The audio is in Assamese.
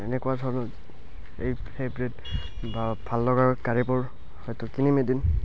এনেকুৱা ধৰণৰ এই সেই ব্ৰেণ্ড বা ভাল লগা গাড়ীবোৰ হয়তো কিনিম এদিন